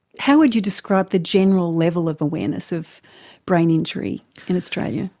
how would you describe the general level of awareness of brain injury in australia?